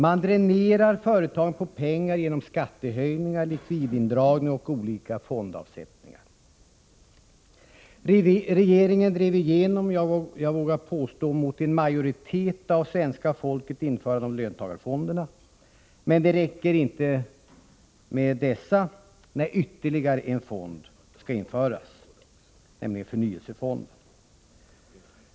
Man dränerar företagen på pengar genom skattehöjningar, likvidindragningar och olika fondavsättningar. Regeringen drev igenom införandet av löntagarfonderna mot — vågar jag påstå — en majoritet av svenska folket. Men det räcker inte med dessa fackföreningsfonder. Nej, ytterligare en fond skall införas, nämligen en förnyelsefond.